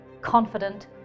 confident